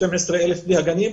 12,000 בלי הגנים,